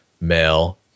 male